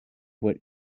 what